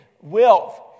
wealth